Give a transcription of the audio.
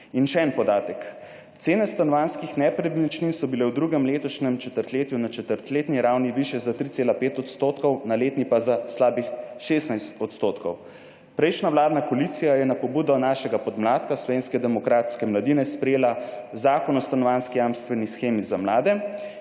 In še en podatek. Cene stanovanjskih nepremičnin so bile v drugem letošnjem četrtletju na četrtletni ravni višje za 3,5 %, na letni pa za slabih 16 %. Prejšnja vladna koalicija je na pobudo našega podmladka Slovenske demokratske mladine sprejela Zakon o stanovanjski jamstveni shemi za mlade